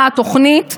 אדוני ראש האופוזיציה,